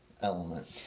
element